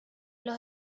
los